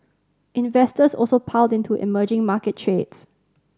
investors also piled into emerging market trades